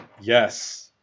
Yes